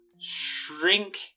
shrink